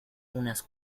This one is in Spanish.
unas